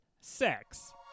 sex